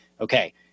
okay